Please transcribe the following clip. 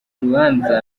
urubanza